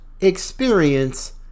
experience